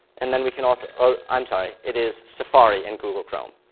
and then we can also i'm sorry. it is safari and google chrome.